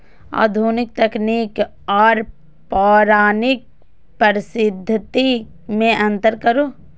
आधुनिक तकनीक आर पौराणिक पद्धति में अंतर करू?